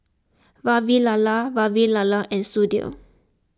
Vavilala Vavilala and Sudhir